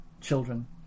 children